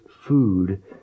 food